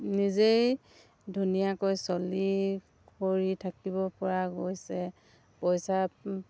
নিজেই ধুনীয়াকৈ চলি কৰি থাকিবপৰা গৈছে পইচা